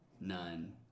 None